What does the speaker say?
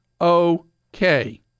okay